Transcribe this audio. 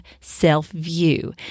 self-view